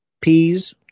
peas